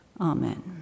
Amen